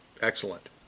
Excellent